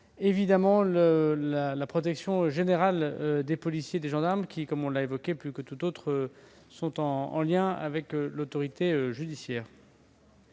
évidemment une protection générale des policiers et des gendarmes, qui sont plus que tout autre en lien avec l'autorité judiciaire.